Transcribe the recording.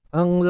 ang